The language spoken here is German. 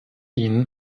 ihnen